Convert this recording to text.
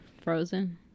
Frozen